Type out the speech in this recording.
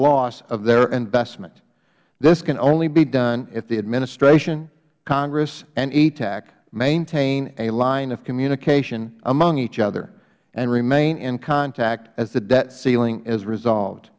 loss of their investment this can only be done if the administration congress and etac maintain a line of communication among each other and remain in contact as the debt ceiling is resolved